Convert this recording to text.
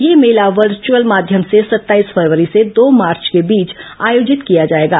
यह मेला वर्च्यअल माध्यम से सत्ताईस फरवरी से दो मार्च के बीच आयोजित किया जायेगा